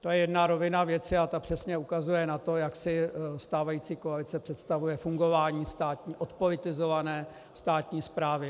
To je jedna rovina věci a ta přesně ukazuje na to, jak si stávající koalice představuje fungování odpolitizované státní správy.